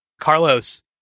carlos